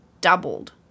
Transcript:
doubled